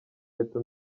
leta